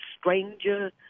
stranger